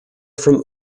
from